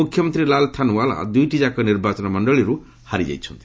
ମୁଖ୍ୟମନ୍ତ୍ରୀ ଲାଲ୍ ଥାନ୍ୱାଲା ଦୁଇଟିଯାକ ନିର୍ବାଚନ ମଣ୍ଡଳୀରୁ ହାରି ଯାଇଛନ୍ତି